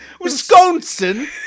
Wisconsin